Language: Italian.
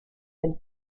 del